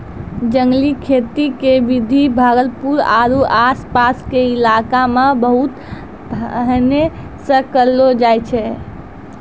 जंगली खेती के विधि भागलपुर आरो आस पास के इलाका मॅ बहुत पहिने सॅ करलो जाय छै